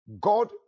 God